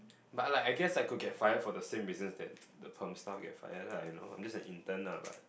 but like I guess I could get fired for the same reasons that the perm staff get fired lah you know just like intern lah